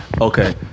Okay